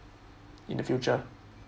in the future